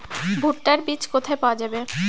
ভুট্টার বিজ কোথায় পাওয়া যাবে?